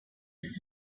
his